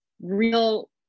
real